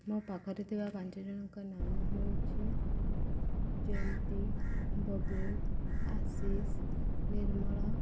ମୋ ପାଖରେ ଥିବା ପାଞ୍ଚ ଜଣଙ୍କ ନାମ ହେଉଛି ଜୟନ୍ତ ବବୁନ ଆଶିଷ ନିର୍ମଳ